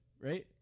right